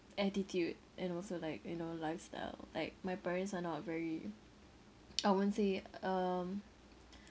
attitude and also like you know lifestyle like my parents are not very I won't say um